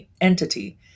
entity